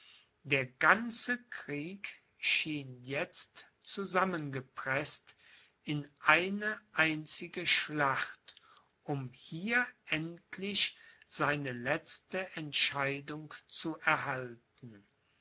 der ganze krieg schien jetzt zusammengepreßt in eine einzige schlacht um hier endlich seine letzte entscheidung zu erhalten